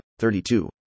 32